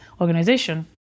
organization